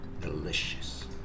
Delicious